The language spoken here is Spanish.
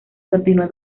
continuó